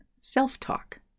self-talk